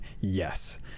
yes